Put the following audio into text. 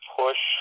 push